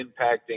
impacting